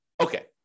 Okay